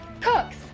cooks